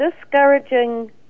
discouraging